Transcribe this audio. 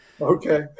Okay